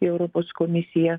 į europos komisiją